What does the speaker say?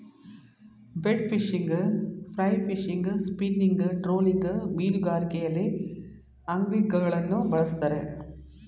bait fishing, fly fishing, spinning, trolling ಮೀನುಗಾರಿಕೆಯಲ್ಲಿ ಅಂಗ್ಲಿಂಗ್ಗಳನ್ನು ಬಳ್ಸತ್ತರೆ